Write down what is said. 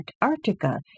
Antarctica